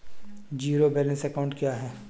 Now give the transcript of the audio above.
Zero balance account क्या है?